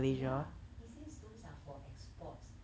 ya he says those are for exports